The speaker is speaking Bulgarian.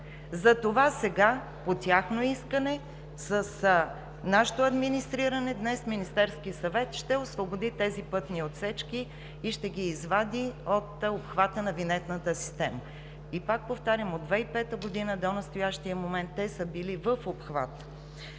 Затова сега по тяхно искане, с нашето администриране днес Министерският съвет ще освободи тези пътни отсечки и ще ги извади от обхвата на винетната система. Пак повтарям, от 2005 г. до настоящия момент те са били в обхвата.